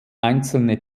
einzelne